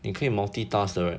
你可以 multitask 的